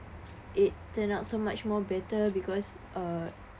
it turned out so much more better because uh